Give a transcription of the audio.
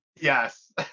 Yes